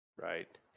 Right